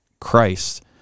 Christ